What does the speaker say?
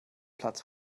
platz